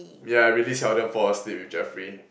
yeah I really seldom fall asleep with Jeffrey